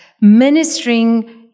ministering